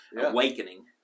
awakening